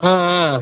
அ அ